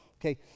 Okay